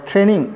training